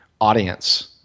audience